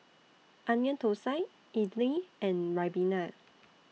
Onion Thosai Idly and Ribena